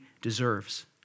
deserves